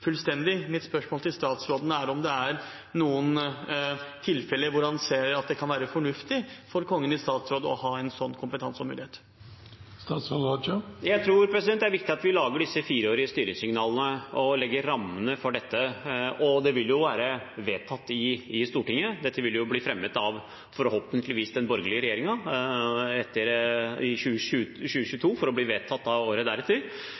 fullstendig. Mitt spørsmål til statsråden er: Er det noen tilfeller hvor han ser at det kan være fornuftig for Kongen i statsråd å ha en slik kompetanse og mulighet? Jeg tror det er viktig at vi lager disse fireårige styringssignalene og legger rammene for dette. Det vil jo være vedtatt i Stortinget. Dette vil forhåpentligvis bli fremmet av den borgerlige regjeringen i 2022, for så å bli vedtatt året